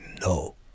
no